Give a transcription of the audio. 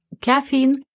caffeine